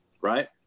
right